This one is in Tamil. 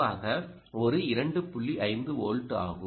5 வோல்ட் ஆகும்